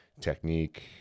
technique